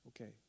Okay